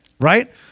right